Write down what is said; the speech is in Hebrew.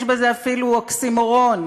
יש בזה אפילו אוקסימורון.